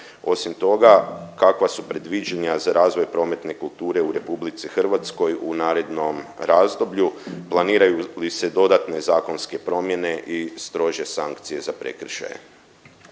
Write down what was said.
Osim toga, kakva su predviđanja za razvoj prometne kulture u RH u narednom razdoblju, planiraju li se dodatne zakonske promjene i strože sankcije za prekršaje.